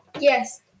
Yes